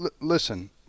listen